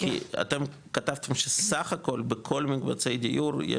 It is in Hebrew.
כי אתם כתבתם שסך הכול בכל מקבצי הדיור,